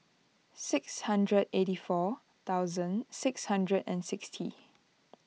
six hundred eighty four thousand six hundred and sixty